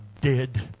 dead